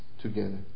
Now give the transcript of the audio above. Together